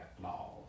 flaws